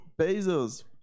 Bezos